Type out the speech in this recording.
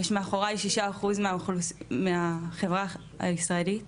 יש מאחורי 6% מהחברה הישראלי שמאחורי.